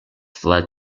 fled